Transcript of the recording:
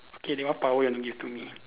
okay then what power you want to give to me